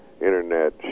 Internet